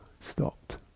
stopped